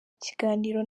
ikiganiro